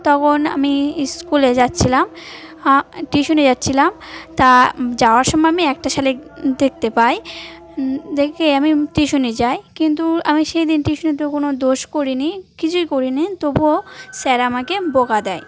তখন আমি স্কুলে যাচ্ছিলাম টিউশনে যাচ্ছিলাম তা যাওয়ার সময় আমি একটা শালিখ দেখতে পাই দেখে আমি টিউশনে যাই কিন্তু আমি সেই দিন টিউশনে তো কোনো দোষ করিনি কিছুই করিনি তবুও স্যার আমাকে বকা দেয়